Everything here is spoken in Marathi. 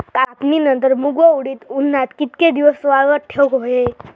कापणीनंतर मूग व उडीद उन्हात कितके दिवस वाळवत ठेवूक व्हये?